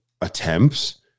attempts